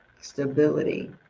stability